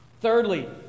Thirdly